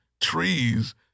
trees